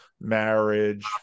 marriage